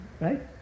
Right